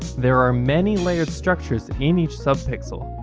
there are many layered structures in each sub pixel,